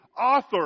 author